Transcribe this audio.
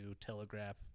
Telegraph